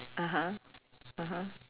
(uh huh) (uh huh)